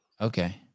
Okay